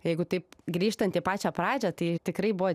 jeigu taip grįžtant į pačią pradžią tai tikrai buvo